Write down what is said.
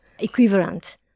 equivalent